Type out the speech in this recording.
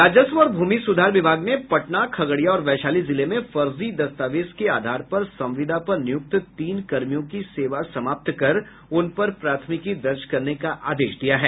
राजस्व और भूमि सुधार विभाग ने पटना खगड़िया और वैशाली जिले में फर्जी दस्तावेज के आधार पर संविदा पर नियुक्त तीन कर्मियों की सेवा समाप्त कर उन पर प्राथमिकी दर्ज करने का आदेश दिया है